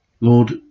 Lord